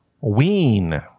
ween